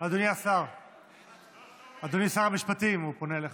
אדוני שר המשפטים, הוא פונה אליך.